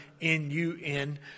N-U-N